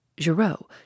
Giraud